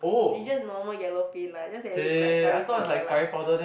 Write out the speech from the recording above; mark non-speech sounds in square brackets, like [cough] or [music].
it's just normal [noise] yellow paint lah just that it look like curry powder lah